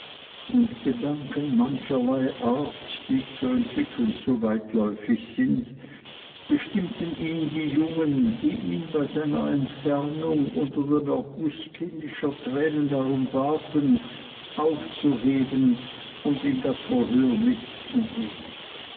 und gedanken mancherlei art die zu entwickeln zu weitläuftig sind bestimmten ihn die jungen die ihn bei seiner entfernung unter dem erguß kindischer tränen darum baten aufzuheben und in das verhör mitzunehmen